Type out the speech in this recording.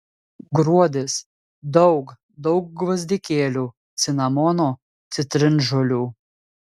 gruodis daug daug gvazdikėlių cinamono citrinžolių